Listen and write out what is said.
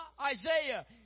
Isaiah